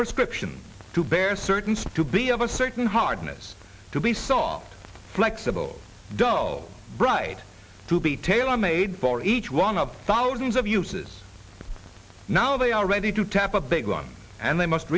prescription to bear certain stew be of a certain hardness to be soft flexible dough bride to be tailor made for each one of thousands of uses now they are ready to tap a big one and they must